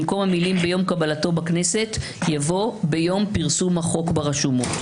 במקום המילים "ביום קבלתו בכנסת" יבוא "ביום פרסום החוק ברשומות".